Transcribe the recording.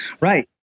Right